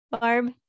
Barb